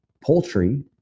poultry